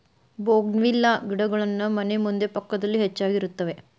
bougainvillea ಗಿಡಗಳನ್ನಾ ಮನೆ ಮುಂದೆ ಪಕ್ಕದಲ್ಲಿ ಹೆಚ್ಚಾಗಿರುತ್ತವೆ